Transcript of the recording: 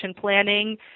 planning